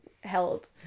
held